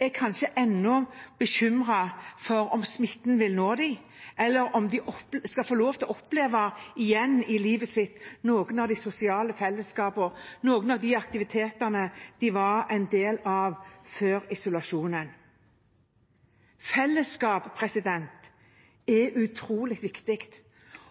er kanskje ennå bekymret for om smitten vil nå dem, eller om de igjen skal få lov til å oppleve noen av de sosiale fellesskapene i livet sitt, noen av de aktivitetene de var en del av før isolasjonen. Fellesskap er utrolig viktig,